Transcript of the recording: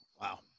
Wow